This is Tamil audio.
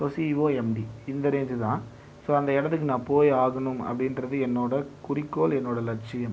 ஸோ சிஇஓ எம்டி இந்த ரேஞ்சு தான் ஸோ அந்த இடத்துக்கு நான் போய் ஆகணும் அப்படிங்கிறது என்னோடய குறிக்கோள் என்னோடய லட்சியம்